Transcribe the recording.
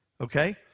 okay